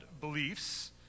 beliefs